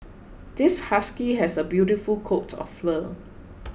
this husky has a beautiful coat of fur